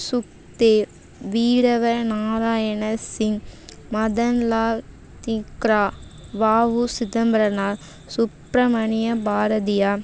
Sukhdev Veeranarayana Singh Madan Lal Dhingra V O Chidambaranar Subramania Bharathiyar